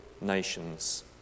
nations